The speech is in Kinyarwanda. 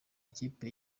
ikipe